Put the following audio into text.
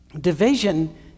division